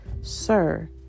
Sir